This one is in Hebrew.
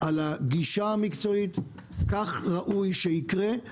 על הגישה המקצועית; כך ראוי שיקרה,